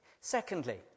Secondly